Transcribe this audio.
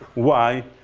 why?